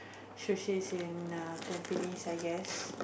sushis in here in Tampines I guess